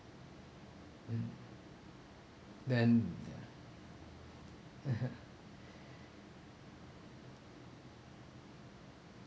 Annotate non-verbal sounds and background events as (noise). (noise) then (laughs)